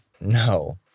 No